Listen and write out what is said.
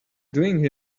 doing